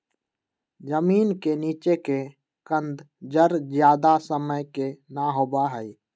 जमीन के नीचे के कंद जड़ ज्यादा समय के ना होबा हई